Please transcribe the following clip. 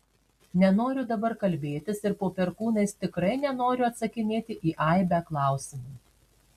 nenoriu dabar kalbėtis ir po perkūnais tikrai nenoriu atsakinėti į aibę klausimų